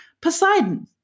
Poseidon